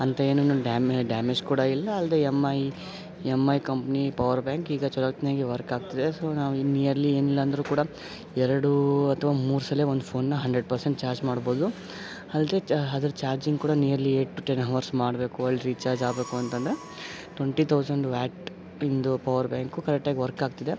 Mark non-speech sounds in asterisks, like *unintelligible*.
ಅಂಥ ಏನೂನು ಡ್ಯಾಮೇ ಡ್ಯಾಮೇಜ್ ಕೂಡ ಇಲ್ಲ ಅಲ್ಲದೆ MI MI company power bank ಈಗ ಚಲೋತ್ತ್ನಾಗಿ ವರ್ಕಾಗ್ತಿದೆ ಸೊ ನಾವು ನಿಯರ್ಲಿ ಏನಿಲ್ಲ ಅಂದರೂ ಕೂಡ ಎರಡು ಅಥವಾ ಮೂರು ಸಲ ಒಂದು ಫೋನನ್ನ ಹಂಡ್ರೆಡ್ ಪರ್ಸೆಂಟ್ ಚಾರ್ಜ್ ಮಾಡ್ಬೋದು ಅಲ್ಲದೆ ಚ ಅದರ ಚಾರ್ಜಿಂಗ್ ಕೂಡ nearly eight to ten hours ಮಾಡಬೇಕು *unintelligible* ರಿಚಾರ್ಜ್ ಆಗಬೇಕು ಅಂತಂದರೆ ಟೊಂಟಿ ಥೌಸಂಡ್ ವ್ಯಾಟಿಂದು ಪವರ್ ಬ್ಯಾಂಕು ಕರೆಕ್ಟಾಗಿ ವರ್ಕಾಗ್ತಿದೆ